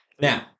now